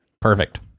Perfect